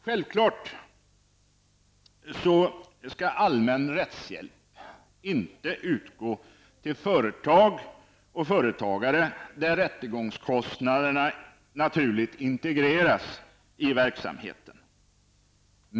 Självklart skall allmän rättshjälp inte utgå till företag och företagare när rättegångskostnaderna naturligt integreras i verksamheten.